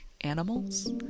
animals